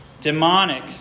demonic